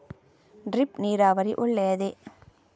Drip ನೀರಾವರಿ ಒಳ್ಳೆಯದೇ?